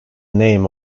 name